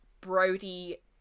brody